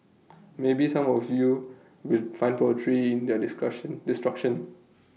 maybe some of you will find poetry in their discussion destruction